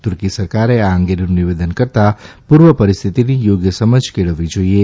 તૂર્કી સરકારે આ અંગેનું નિવેદન કરતાં પૂર્વ પરિસ્થિતની યોગ્ય સમજ કેળવવી જોઇએ